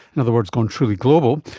in other words gone truly global,